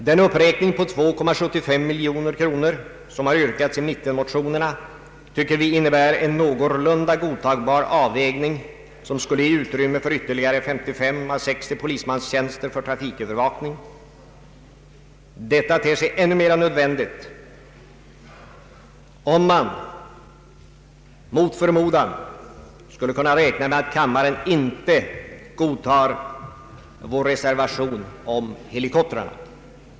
Den uppräkning på 2,75 miljoner kronor som har yrkats i mittenmotionerna tycker vi innebär en någorlunda godtagbar avvägning, som skulle ge utrymme för ytterligare 55 å 60 polismanstjänster för trafikövervakning. Detta ter sig ännu mer nödvändigt om man, mot förmodan, skulle kunna frukta att kammaren inte godtar vår reservation om helikoptrarna.